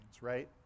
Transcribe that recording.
right